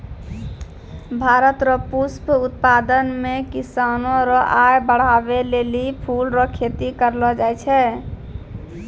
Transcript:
भारत रो पुष्प उत्पादन मे किसानो रो आय बड़हाबै लेली फूल रो खेती करलो जाय छै